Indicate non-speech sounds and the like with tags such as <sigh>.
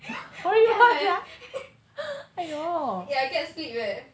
<laughs> 这样 leh <laughs> eh I get sleep leh